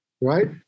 Right